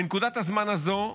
בנקודת הזמן הזאת,